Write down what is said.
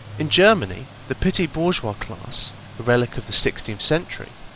in germany the petty-bourgeois class, a relic of the sixteenth century,